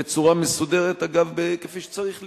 בצורה מסודרת, אגב, כפי שצריך להיות.